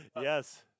yes